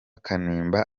kanimba